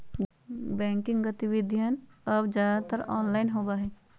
banking गतिविधियन अब ज्यादातर ऑनलाइन होबा हई